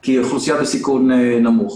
כי היא אוכלוסייה בסיכון נמוך.